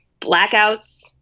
blackouts